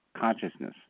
consciousness